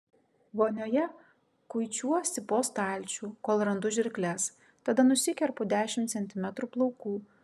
vonioje kuičiuosi po stalčių kol randu žirkles tada nusikerpu dešimt centimetrų plaukų